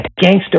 gangster